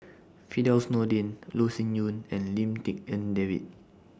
Firdaus Nordin Loh Sin Yun and Lim Tik En David